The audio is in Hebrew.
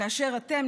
כאשר אתם,